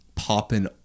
Popping